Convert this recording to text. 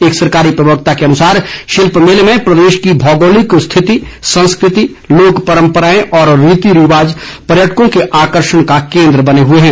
एक सरकारी प्रवक्ता के अनुसार शिल्प मेले में प्रदेश की भौगोलिक स्थिति संस्कृति लोक परम्पराएं और रीति रिवाज पर्यटकों के आकर्षण का केन्द्र बने हुए हैं